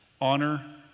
honor